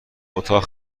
اتاق